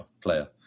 player